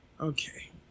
Okay